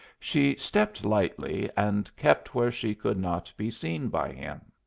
she stepped lightly and kept where she could not be seen by him.